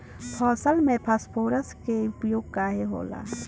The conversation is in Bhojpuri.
फसल में फास्फोरस के उपयोग काहे होला?